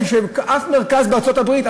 כשבאף מרכז בארצות-הברית,